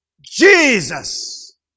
Jesus